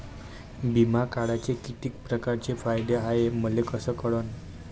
बिमा काढाचे कितीक परकारचे फायदे हाय मले कस कळन?